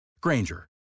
Granger